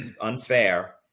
unfair